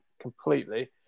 completely